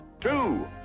two